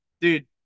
dude